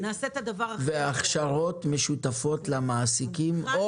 והכשרות משותפות למעסיקים,